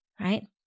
Right